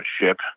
ship